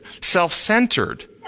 self-centered